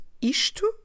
isto